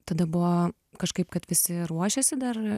tada buvo kažkaip kad visi ruošėsi dar